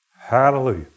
Hallelujah